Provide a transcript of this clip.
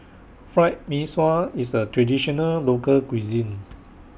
Fried Mee Sua IS A Traditional Local Cuisine